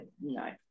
no